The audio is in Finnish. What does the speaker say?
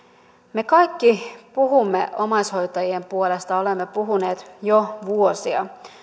me kaikki puhumme omaishoitajien puolesta olemme puhuneet jo vuosia